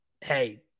hey